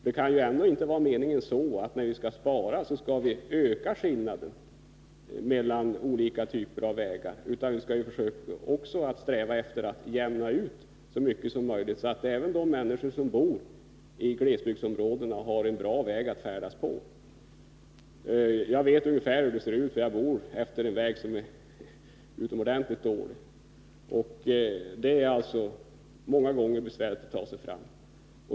Det kan ju ändå inte vara meningen att vi när vi skall spara ökar skillnaden mellan olika typer av vägar, utan vi skall också sträva efter att jämna ut så mycket som möjligt, så att även de människor som bor i glesbygdsområdena har en bra väg att färdas på. Jag vet ungefär hur det ser ut, för jag bor efter en väg som är utomordentligt dålig. Det är många gånger besvärligt att ta sig fram.